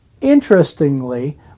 Interestingly